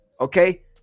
okay